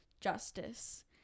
justice